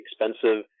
expensive